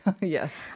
Yes